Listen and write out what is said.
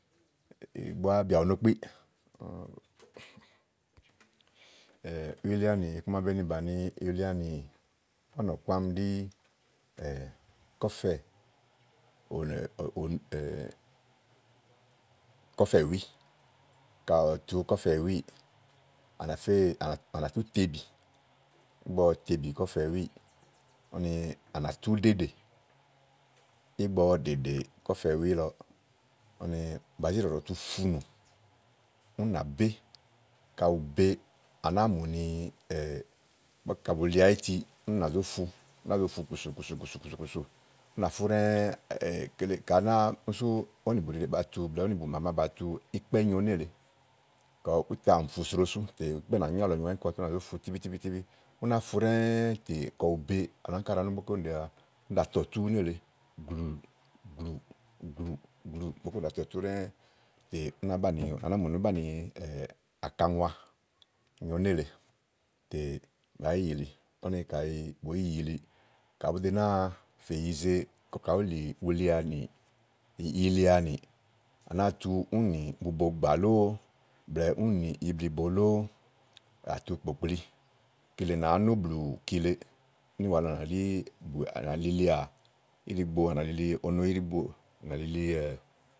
Ètè búá, bìà ù no kpi. iyilianì iku màa be ni iyilianì ówò nɔ̀ku ámi ɖi kɔ̀fɛ̀, kɔ̀fɛ̀wì, ka à zu kɔ̀fɛ̀wíì, à ná féè, á nà tú tebì ígbɔ ɔwɔ tebí kɔ̀fɛ̀ wíì úni ànà tú ɖèɖè ígbɔ ɔwɔ ɖèɖè kɔ̀fɛ̀wì lɔ, úni bàá zi ɖɔ̀ɖɔ̀ tu funù ú nà bé ka ù be à náa mù ni ígbɔ ka bù liá áyiti ú nà zó fu, ú náa zo fu kùsù kùsù kùsù ú nà fú ɖɛ́ɖɛ́ ka ù nàáa, úni sú kele ówò nì bùɖíɖe ba tu blɛ̀ɛ ówò nì bù máma ba tu ikpɛ́ nyo nélèe kɔ ú tàmì fu sro sú tè ú nà nyáàlɔ nyoà tè à ná áŋkaɖàá nu ígbɔké úni ɖàá, úni ɖàa ta ùtù nélèe glù glù glù glù ígbɔké úni ɖàa ta ùtù ɖɛ́ɛ́ tè ú nàá banìi à nàáa mú ni ùú banìi ákaŋua nyo nélèe tè bàá yi yìili úni kayi bùú yi yìili, ka bùú de náa fè yize kɔ kàá wulí ulianì, iyilianì, à nàáa tu úni nì bubogbà lòò blɛ̀ɛ úni nì ibliìbo lòò, àtu kpókpli, kile nàáá nó blù kile ínìwà lɔ nà ɖí, à nálilià íɖigbo à nà lili ono íɖigbo à nà lilie.